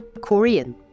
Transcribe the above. Korean